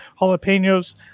jalapenos